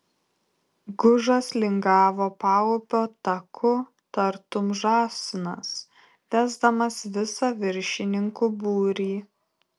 gužas lingavo paupio taku tartum žąsinas vesdamas visą viršininkų būrį